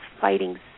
fighting